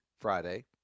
Friday